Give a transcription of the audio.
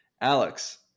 Alex